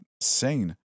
sane